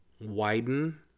widen